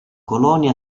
colonie